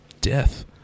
death